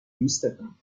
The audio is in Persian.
دوستتم